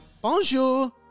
Bonjour